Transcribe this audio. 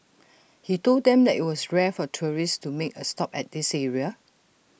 he told them that IT was rare for tourists to make A stop at this area